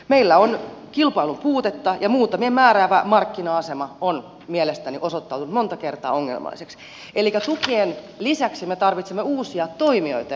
meillä on kilpailun puutetta ja muutamien määräävä markkina asema on mielestäni osoittautunut monta kertaa ongelmalliseksi elikkä tukien lisäksi me tarvitsemme uusia toimijoita ja uusia keinoja